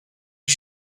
que